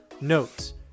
notes